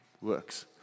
Works